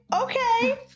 okay